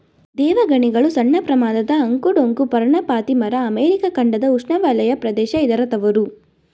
ದೇವಗಣಿಗಲು ಸಣ್ಣಪ್ರಮಾಣದ ಅಂಕು ಡೊಂಕು ಪರ್ಣಪಾತಿ ಮರ ಅಮೆರಿಕ ಖಂಡದ ಉಷ್ಣವಲಯ ಪ್ರದೇಶ ಇದರ ತವರು